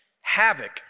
havoc